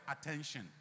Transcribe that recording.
attention